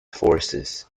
forces